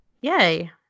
Yay